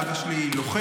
אבא שלי לוחם,